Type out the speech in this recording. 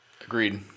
Agreed